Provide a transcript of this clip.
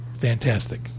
fantastic